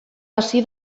hasi